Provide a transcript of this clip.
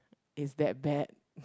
is that bad